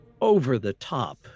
over-the-top